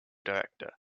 director